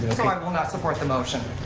um i will not support the motion.